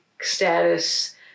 status